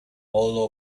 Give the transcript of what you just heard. all